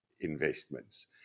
investments